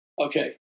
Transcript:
Okay